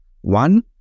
one